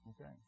okay